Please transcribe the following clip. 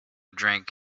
drink